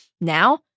Now